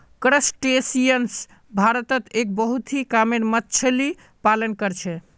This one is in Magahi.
क्रस्टेशियंस भारतत एक बहुत ही कामेर मच्छ्ली पालन कर छे